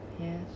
Yes